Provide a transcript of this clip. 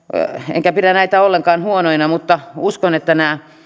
enkä pidä näitä ollenkaan huonoina mutta uskon että nämä